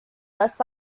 less